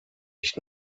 nicht